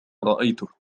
رأيته